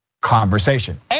conversation